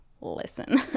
listen